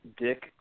Dick